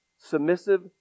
submissive